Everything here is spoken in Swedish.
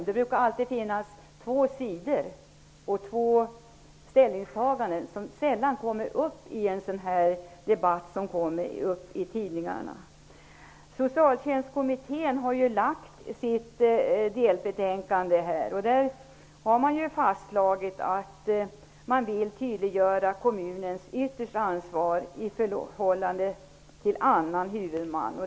Det brukar alltid finnas två sidor och två ställningstaganden som sällan kommer fram i debatter i tidningarna. Socialtjänstkommittén har lagt fram sitt delbetänkande. Där har det fastlagits att man vill tydliggöra kommunens yttersta ansvar i förhållande till annan huvudman.